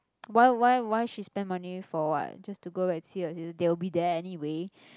why why why she spend money for what just to go back see her si~ they will be there anyway